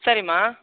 சரிம்மா